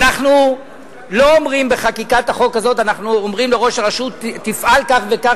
אנחנו לא אומרים בחקיקת החוק הזאת לראש הרשות: תפעל כך וכך,